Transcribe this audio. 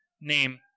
name